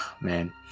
man